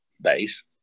base